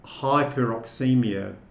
hyperoxemia